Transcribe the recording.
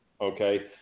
okay